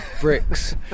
bricks